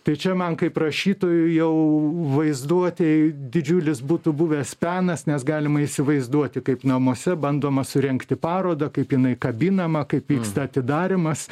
tai čia man kaip rašytojui jau vaizduotei didžiulis būtų buvęs penas nes galima įsivaizduoti kaip namuose bandoma surengti parodą kaip jinai kabinama kaip vyksta atidarymas